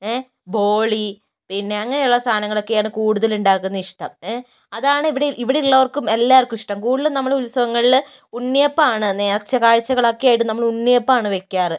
ഏഹ് ബോളി പിന്നെ അങ്ങനെയുള്ള സാധനങ്ങളൊക്കെയാണ് കൂടുതൽ ഉണ്ടാക്കുന്നതാണിഷ്ടം ഏഹ് അതാണ് ഇവിടെ ഇവിടെ ഉള്ളവർക്കും എല്ലാവർക്കും ഇഷ്ടം കൂടുതലും നമ്മൾ ഉത്സവങ്ങളിൽ ഉണ്ണിയപ്പമാണ് നേർച്ച കാഴ്ചകളൊക്കെയായിട്ട് നമ്മൾ ഉണ്ണിയപ്പമാണ് വെയ്ക്കാറ്